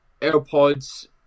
AirPods